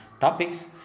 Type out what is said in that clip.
topics